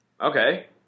okay